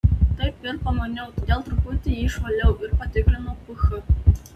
taip ir pamaniau todėl truputį jį išvaliau ir patikrinau ph